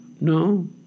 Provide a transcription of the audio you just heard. no